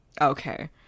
Okay